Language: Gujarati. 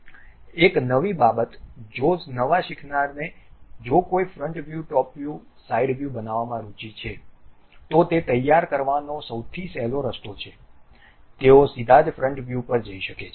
એક નવી બાબત જો નવા શીખનારને જો કોઈ front view top view side view બનાવવામાં રુચિ છે તો તે તૈયાર કરવાનો સૌથી સહેલો રસ્તો છે તેઓ સીધા જ ફ્રન્ટ વ્યૂ પર જઈ શકે છે